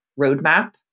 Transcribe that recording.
roadmap